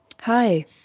Hi